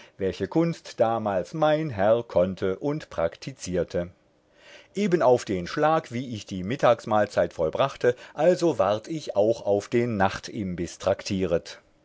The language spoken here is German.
welche kunst damals mein herr konnte und praktizierte eben auf den schlag wie ich die mittagsmahlzeit vollbrachte also ward ich auch auf den nachtimbiß traktieret